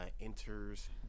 enters